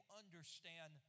understand